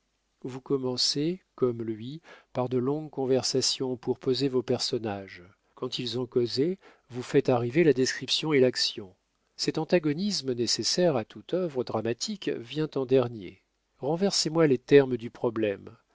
vous commencez comme lui par de longues conversations pour poser vos personnages quand ils ont causé vous faites arriver la description et l'action cet antagonisme nécessaire à toute œuvre dramatique vient en dernier renversez moi les termes du problème